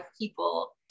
people